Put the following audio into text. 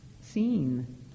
seen